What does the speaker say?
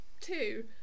Two